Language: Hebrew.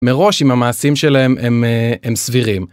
מראש, אם המעשים שלהם הם אה... הם סבירים.